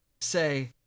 say